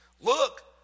Look